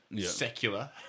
secular